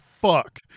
fuck